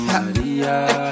Maria